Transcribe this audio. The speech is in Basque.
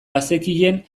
bazekien